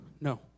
no